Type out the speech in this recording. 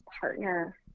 partner